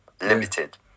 Limited